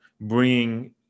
bringing